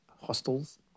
hostels